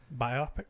Biopic